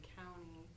county